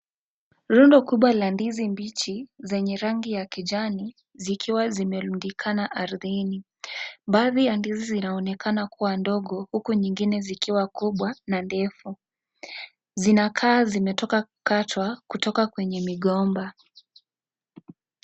Rundo kubwa la ndizi mbichi zenye rangi ya kijani, zikiwa zimerundikana ardhini. Baadhi ya ndizi zinaonekana kuwa ndogo, huku nyingine zikiwa kubwa na ndefu. Zinakaa zimetoka kukatwa kutoka kwenye migomba.